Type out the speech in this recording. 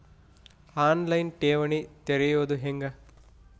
On line ಠೇವಣಿ ತೆರೆಯೋದು ಹೆಂಗ?